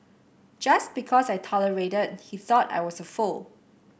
just because I tolerated he thought I was a fool